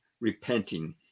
repenting